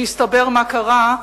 כשהסתבר מה קרה.